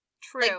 True